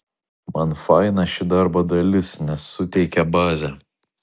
man faina ši darbo dalis nes suteikia bazę